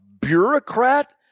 bureaucrat